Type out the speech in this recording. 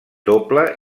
doble